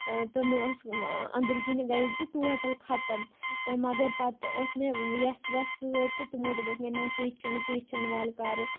تہٕ مےٚ ٲسۍ أندرۍ کِنۍ گٔیَس بہٕ ٹوٹَل خَتم تہٕ مگر پَتہٕ ٲس مےٚ یس وٮ۪س سۭتۍ تہٕ تُمو دوپُک مےٚ نا کیٚنٛہہ چھُنہ کیٚنٛہہ چھُنہ وَلہٕ کَر